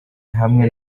hamwe